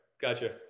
gotcha